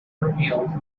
revealed